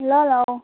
ल ल